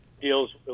deals